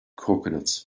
coconuts